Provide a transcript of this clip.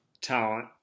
talent